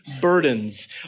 burdens